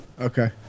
Okay